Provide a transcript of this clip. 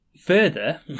further